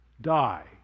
die